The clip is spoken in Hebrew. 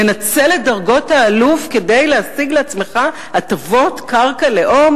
לנצל את דרגות האלוף כדי להשיג לעצמך הטבות של קרקע לאום?